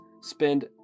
spend